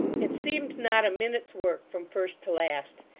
it seemed not a minute's work from first to last.